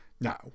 Now